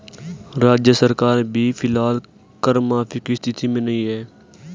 राज्य सरकार भी फिलहाल कर माफी की स्थिति में नहीं है